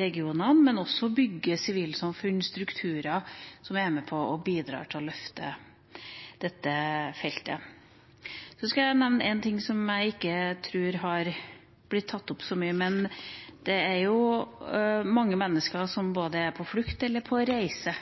regionene, men også for å bygge sivilsamfunn, strukturer, som er med på å løfte dette feltet. Så skal jeg nevne en ting som jeg ikke tror har blitt tatt opp så mye – det er jo mange mennesker som både er på flukt og på reise